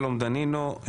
שלום דנינו,